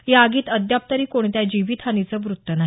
या आगीत अद्याप तरी कोणत्या जीवितहानीचं वृत्त नाही